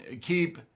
keep